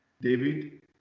David